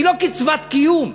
היא לא קצבת קיום,